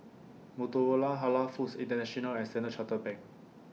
Motorola Halal Foods International and Standard Chartered Bank